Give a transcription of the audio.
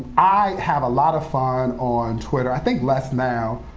i have a lot of fun on twitter, i think, less now,